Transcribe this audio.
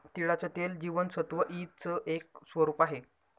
तिळाचं तेल जीवनसत्व ई च एक स्वरूप आहे